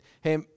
hey